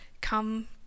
come